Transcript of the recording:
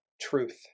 truth